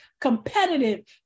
competitive